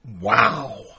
Wow